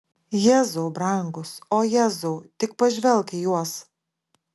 jėzau brangus o jėzau tik pažvelk į juos